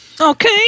Okay